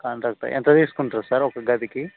contract ఎంత తీసుకుంటారు sir ఒక గదికి